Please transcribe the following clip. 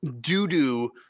doo-doo